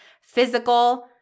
physical